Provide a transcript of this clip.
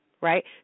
right